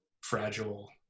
fragile